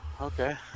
Okay